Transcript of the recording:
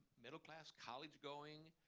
middle-class, college-going.